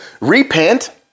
Repent